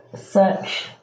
search